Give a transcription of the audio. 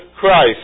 Christ